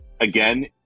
Again